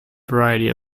variety